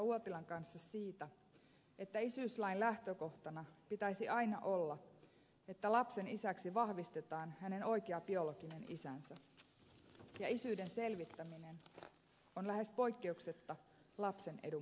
uotilan kanssa siitä että isyyslain lähtökohtana pitäisi aina olla että lapsen isäksi vahvistetaan hänen oikea biologinen isänsä ja isyyden selvittäminen on lähes poikkeuksetta lapsen edun mukaista